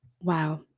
Wow